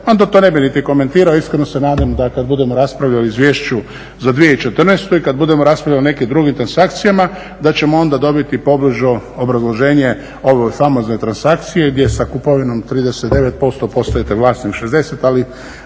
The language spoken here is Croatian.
onda to ne bih niti komentirao. Iskreno se nadam da kad budemo raspravljali o Izvješću za 2014. i kad budemo raspravljali o nekim drugim transakcijama da ćemo onda dobiti pobliže obrazloženje o ovoj famoznoj transakciji gdje sa kupovinom 39% postajete vlasnik 60, ali